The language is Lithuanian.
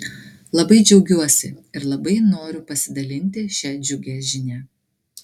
labai džiaugiuosi ir labai noriu pasidalinti šia džiugia žinia